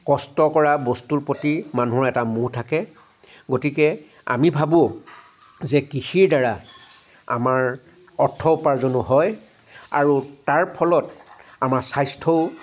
কষ্ট কৰা বস্তুৰ প্ৰতি মানুহৰ এটা মোহ থাকে গতিকে আমি ভাবো যে কৃষিৰ দ্বাৰা আমাৰ অৰ্থ উপাৰ্জনো হয় আৰু তাৰ ফলত আমাৰ স্বাস্থ্যও